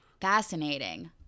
Fascinating